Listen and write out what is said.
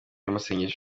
amasengesho